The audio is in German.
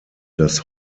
das